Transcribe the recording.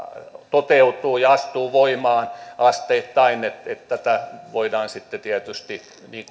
toteutuu ja astuu voimaan asteittain tätä voidaan sitten tietysti